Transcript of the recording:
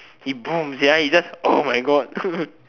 he boom sia he just oh my god